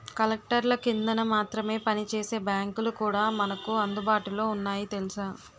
కలెక్టర్ల కిందన మాత్రమే పనిచేసే బాంకులు కూడా మనకు అందుబాటులో ఉన్నాయి తెలుసా